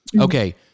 Okay